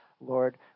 Lord